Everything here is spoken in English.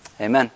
Amen